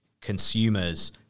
Consumers